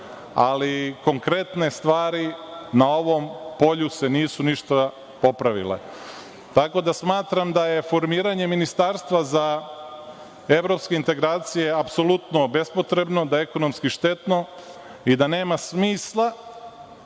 ali, konkretne stvari na ovom polju se nisu ništa popravile. Smatram da je formiranje ministarstva za evropske integracije apsolutno bespotrebno, ekonomski štetno i da nema smisla